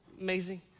amazing